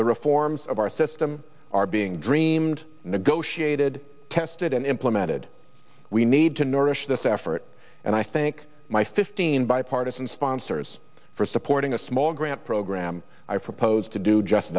the reforms of our system are being dreamed negotiated tested and implemented we need to nourish this effort and i think my fifteen bipartisan sponsors for supporting a small grant program i propose to do just